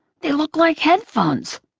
they look like headphones.